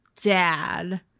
dad